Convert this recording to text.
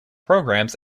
programmes